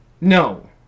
No